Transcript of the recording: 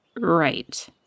right